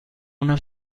una